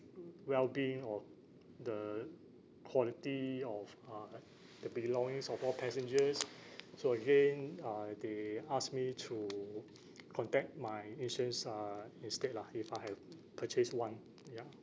well-being or the quality of uh the belongings of all passengers so again uh they ask me to contact my insurance uh instead lah if I have purchased one ya